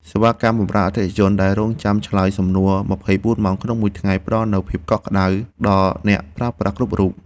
សេវាកម្មបម្រើអតិថិជនដែលរង់ចាំឆ្លើយសំណួរម្ភៃបួនម៉ោងក្នុងមួយថ្ងៃផ្ដល់នូវភាពកក់ក្ដៅដល់អ្នកប្រើប្រាស់គ្រប់រូប។